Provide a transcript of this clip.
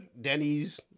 denny's